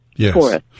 Yes